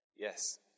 Yes